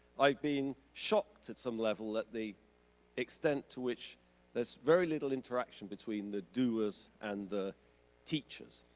like been shocked at some level at the extent to which there's very little interaction between the doers and the teachers.